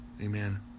Amen